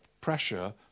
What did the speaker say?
pressure